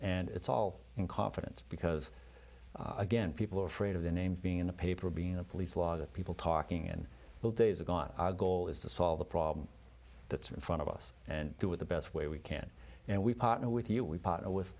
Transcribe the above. and it's all in confidence because again people are afraid of the name being in the paper being a police law that people talking in those days are gone our goal is to solve the problem that's in front of us and do what the best way we can and we partner with you we